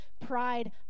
pride